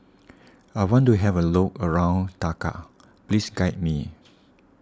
I want to have a look around Dakar Please guide me